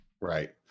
right